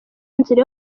nzira